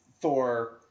Thor